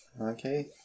Okay